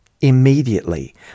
Immediately